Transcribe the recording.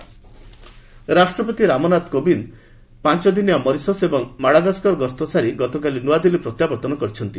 president return ରାଷ୍ଟ୍ରପତି ରାମନାଥ କୋବିନ୍ଦ ପାଞ୍ଚଦିନିଆ Mauritius ଓ ମାଡାଗସ୍କର ଗସ୍ତ ସାରି ଗତକାଲି ନୂଆଦିଲ୍ଲୀ ପ୍ରତ୍ୟାବର୍ତ୍ତନ କରିଛନ୍ତି